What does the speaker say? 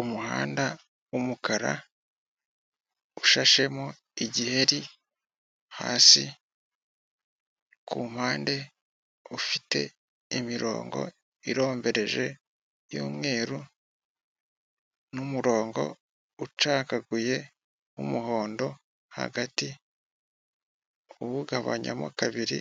Umuhanda w'umukara, ushashemo igiheri hasi, ku mpande ufite imirongo irombereje y'umweruru n'umurongo ucagaguye w'umuhondo hagati, uwugabanyamo kabiri